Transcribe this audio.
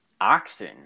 Oxen